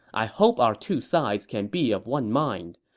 i hope our two sides can be of one mind.